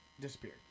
disappeared